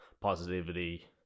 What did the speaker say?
positivity